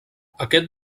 aquest